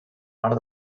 mar